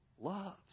loves